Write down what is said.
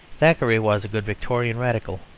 thackeray was a good victorian radical,